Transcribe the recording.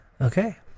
Okay